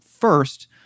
first